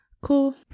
Cool